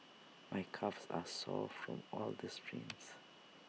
my calves are sore from all the sprints